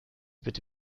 bitte